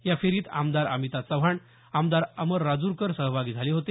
या फेरीत आमदार अमिता चव्हाण आमदार अमर राजूरकर सहभागी झाले होते